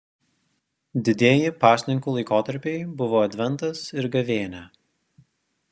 didieji pasninkų laikotarpiai buvo adventas ir gavėnia